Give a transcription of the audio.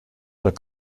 doit